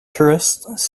tourists